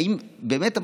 האם באמת,